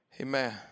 Amen